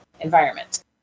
environment